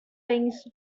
things